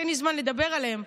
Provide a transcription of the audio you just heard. אין לי זמן לדבר עליהם.